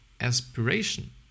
aspiration